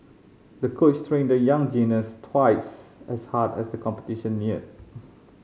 the coach trained the young gymnast twice as hard as the competition neared